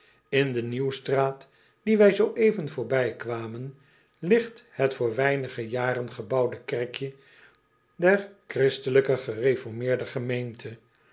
n de ieuwstraat die wij zooeven voorbijkwamen ligt het voor weinig jaren gebouwde kerkje der hr eref gemeente